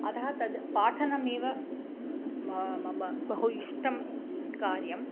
अतः तद् पाठनमेव मा मम बहु इष्टं कार्यम्